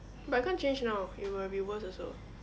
but you can't change now it will be worse also